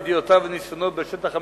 ידיעותיו וניסיונו בשטח המשפט,